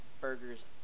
Burgers